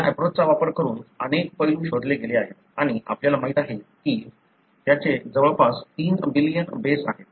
या एप्रोचचा वापर करून अनेक पैलू शोधले गेले आहेत आणि आपल्याला माहित आहे की त्याचे जवळपास 3 बिलियन बेस आहेत